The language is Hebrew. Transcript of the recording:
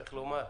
צריך לומר,